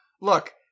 look